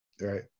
Right